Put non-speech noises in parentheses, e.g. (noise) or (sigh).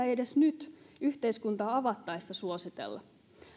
(unintelligible) edes nyt yhteiskuntaa avattaessa suositella